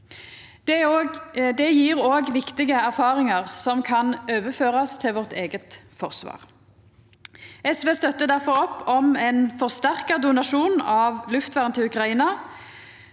Det gjev òg viktige erfaringar som kan overførast til vårt eige forsvar. SV støttar difor opp om ein forsterka donasjon av luftvern til Ukraina,